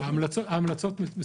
צוהריים טובים לכולם,